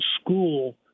school